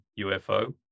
UFO